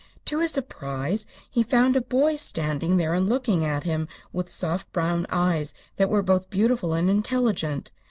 to his surprise he found a boy standing there and looking at him with soft brown eyes that were both beautiful and intelligent.